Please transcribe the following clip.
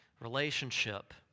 relationship